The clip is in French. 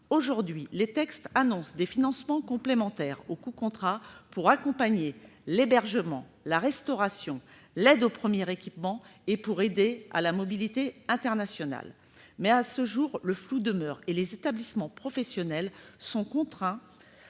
Aujourd'hui, les textes annoncent des financements complémentaires aux coûts contrats pour accompagner l'hébergement, la restauration et l'aide au premier équipement, ainsi que pour aider à la mobilité internationale. Mais, à ce jour, le flou demeure et les établissements professionnels sont contraints